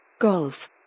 Golf